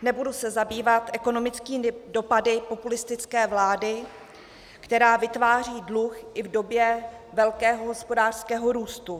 Nebudu se zabývat ekonomickými dopady populistické vlády, která vytváří dluh i v době velkého hospodářského růstu.